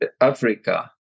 Africa